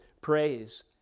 praise